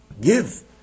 give